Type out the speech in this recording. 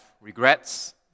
Regrets